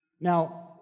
Now